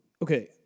Okay